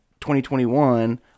2021